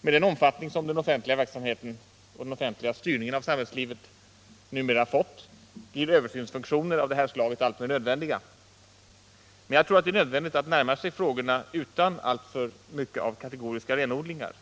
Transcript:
Med den omfattning som den offentliga verksamheten och den offentliga styrningen av samhällslivet numera har fått blir översynsfunktioner av detta slag alltmer nödvändiga. Jag tror emellertid att det är viktigt att man närmar sig dessa frågor utan alltför mycket av kategoriska renodlingar.